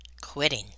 quitting